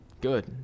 good